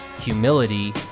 humility